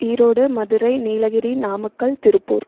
Erode Madurai Nilgiri Namakkal Tiruppur